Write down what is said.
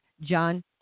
John